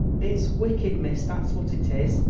it's wicked, miss, that's what it is.